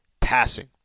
passing